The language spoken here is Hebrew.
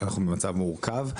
אנחנו במצב מורכב.